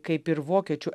kaip ir vokiečių